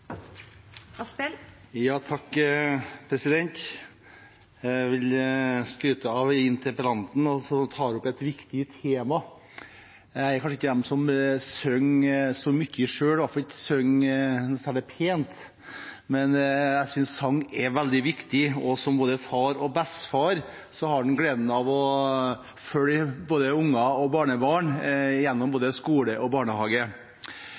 Jeg vil skryte av interpellanten, som tar opp et viktig tema. Jeg er kanskje ikke den som synger så mye selv, eller som synger noe særlig pent, men jeg synes sang er veldig viktig, og som både far og bestefar har jeg gleden av å følge både barn og barnebarn gjennom skole og barnehage.